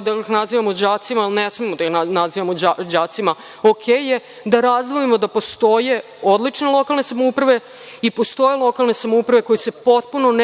da li da ih nazivamo đacima ili ne? Ne smemo da ih nazivamo đacima. Okej je da razdvojimo da postoje odlične lokalne samouprave i postoje lokalne samouprave koje se potpuno